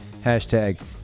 hashtag